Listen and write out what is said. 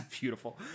beautiful